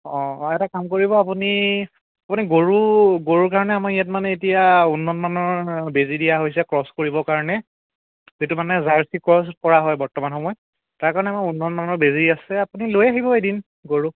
অঁ অঁ এটা কাম কৰিব আপুনি আপুনি গৰু গৰুৰ কাৰণে আমাৰ ইয়াত মানে এতিয়া উন্নতমানৰ বেজী দিয়া হৈছে ক্ৰছ কৰিবৰ কাৰণে যিটো মানে জাৰ্চি ক্ৰচ কৰা হয় বৰ্তমান সময়ত তাৰ কাৰণে আমাৰ উন্নতমানৰ বেজী আছে আপুনি লৈ আহিব এদিন গৰু